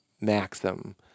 maxim